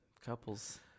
couples